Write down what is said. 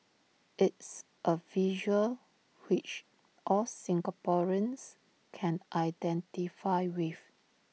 it's A visual which all Singaporeans can identify with